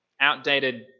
outdated